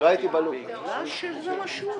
בנושאים